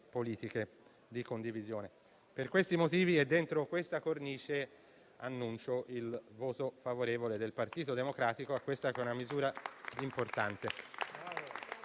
politiche di condivisione. Per questi motivi e dentro questa cornice, annuncio il voto favorevole del Partito Democratico su questa importante